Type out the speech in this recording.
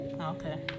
Okay